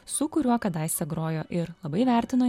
su kuriuo kadaise grojo ir labai vertino